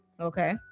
Okay